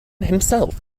himself